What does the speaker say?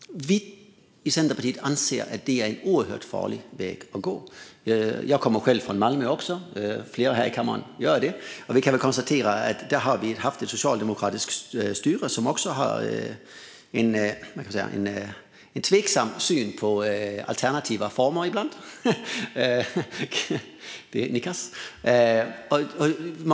Vi i Centerpartiet anser att det är en oerhört farlig väg att gå. Jag kommer själv från Malmö liksom flera andra här i kammaren. Vi kan konstatera att vi där har haft ett socialdemokratiskt styre som ibland har haft en tveksam syn på alternativa former. Jag ser att det nickas här i kammaren.